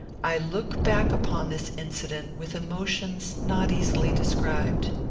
i look back upon this incident with emotions not easily described.